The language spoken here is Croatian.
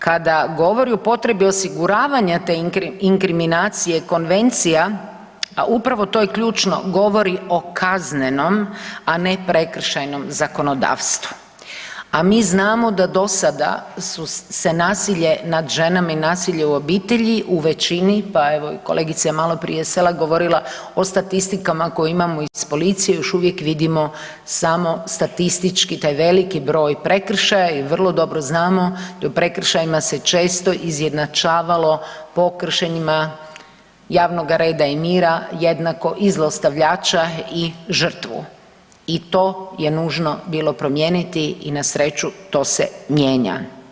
Kada govori o potrebi osiguravanja te inkriminacije konvencija, upravo to je ključno govori o kaznenom, a ne prekršajnom zakonodavstvu, a mi znamo da do sada su nasilje nad ženama i nasilje u obitelji u veći, pa evo i kolegica je maloprije Selak govorila o statistikama koje imamo iz policije još uvijek vidimo samo statistički taj veliki broj prekršaja i vrlo dobro znamo u prekršajima se često izjednačavalo po kršenjima javnoga reda i mira jednako i zlostavljača i žrtvu i to je nužno bilo promijeniti i na sreću to se mijenja.